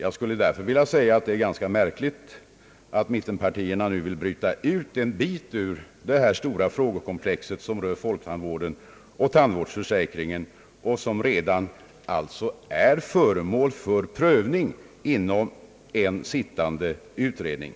Det är därför ganska märkligt att mittenpartierna nu vill bryta ut en bit av detta stora frågekomplex som rör folktandvården och tandvårdsförsäkringen och som redan är föremål för prövning inom en sittande utredning.